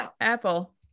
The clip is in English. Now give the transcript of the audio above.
Apple